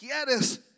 quieres